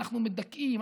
אנחנו מדכאים,